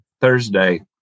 Thursday